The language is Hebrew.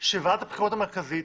שוועדת הבחירות המרכזית